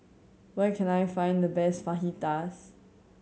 where can I find the best Fajitas